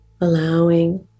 allowing